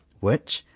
which,